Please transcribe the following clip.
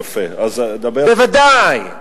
יפה, אז דבר, בוודאי.